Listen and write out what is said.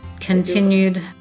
continued